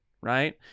right